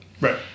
Right